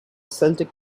celtic